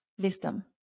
wisdom